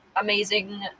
amazing